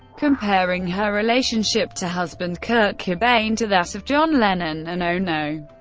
comparing her relationship to husband kurt cobain to that of john lennon and ono.